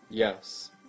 Yes